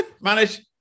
Manage